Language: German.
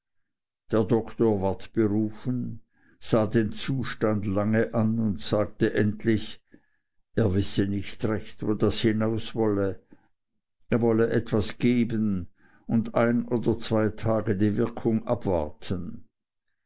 der doktor ward berufen sah den zustand lange an und sagte endlich er wisse nicht recht wo das hinaus wolle er wolle etwas geben und ein oder zwei tage die wirkung abwarten